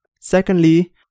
Secondly